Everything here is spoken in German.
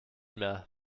mehr